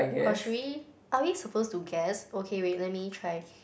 or should we are we supposed to guess okay wait let me try